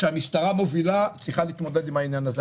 כשהמשטרה מובילה, צריכה להתמודד עם העניין הזה.